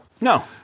No